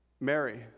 Mary